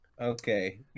Okay